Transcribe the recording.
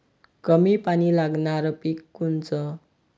कमी पानी लागनारं पिक कोनचं?